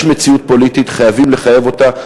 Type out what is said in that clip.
יש מציאות פוליטית, חייבים לחייב אותה.